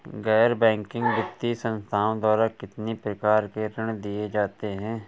गैर बैंकिंग वित्तीय संस्थाओं द्वारा कितनी प्रकार के ऋण दिए जाते हैं?